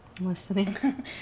Listening